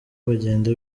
bagenda